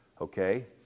okay